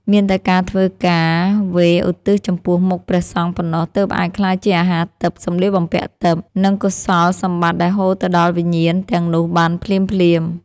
មានតែការធ្វើការវេរឧទ្ទិសចំពោះមុខព្រះសង្ឃប៉ុណ្ណោះ ទើបអាចក្លាយជាអាហារទិព្វ សម្លៀកបំពាក់ទិព្វ និងកុសលសម្បត្តិដែលហូរទៅដល់វិញ្ញាណទាំងនោះបានភ្លាមៗ។